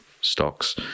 stocks